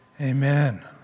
Amen